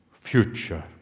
future